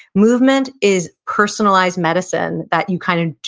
movement is personalized medicine that you kind of,